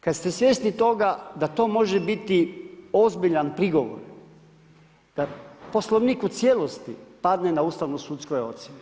Kad ste svjesni toga da to može biti ozbiljan prigovor, da Poslovnik u cijelosti padne na ustavno sudskoj ocjeni.